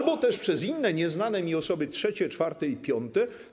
albo też przez inne nieznane mi osoby trzecie, czwarte i piąte.